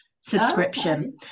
subscription